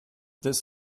this